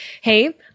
hey